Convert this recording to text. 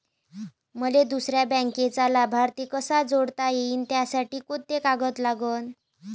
मले दुसऱ्या बँकेचा लाभार्थी कसा जोडता येते, त्यासाठी कोंते कागद लागन?